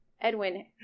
Edwin